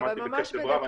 שמעתי בקשב רב.